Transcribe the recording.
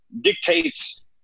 dictates